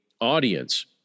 audience